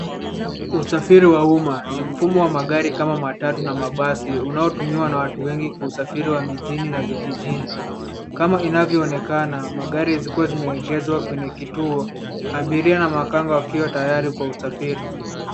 Usafiri wa umma ni mfumo wa magri kama matau na mabasi unaotumiwa na watu wengi kwa usafiri wa mijini na vijijini, kama inavyoonekana magari zikiwa zimeegezwa kwenye kituo, abiria na makanga wakiwa tayari kwa usafiri.